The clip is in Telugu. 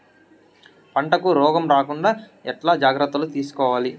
పంటకు రోగం రాకుండా ఎట్లా జాగ్రత్తలు తీసుకోవాలి?